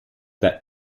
that